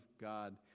God